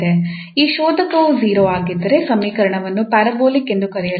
ಈ ಶೋಧಕವು 0 ಆಗಿದ್ದರೆ ಸಮೀಕರಣವನ್ನು ಪ್ಯಾರಾಬೋಲಿಕ್ ಎಂದು ಕರೆಯಲಾಗುತ್ತದೆ